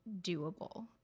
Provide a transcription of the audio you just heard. doable